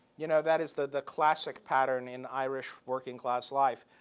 you know that is the classic pattern in irish working class life.